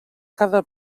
cada